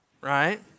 right